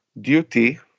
duty